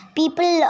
people